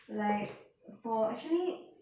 like for actually